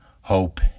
hope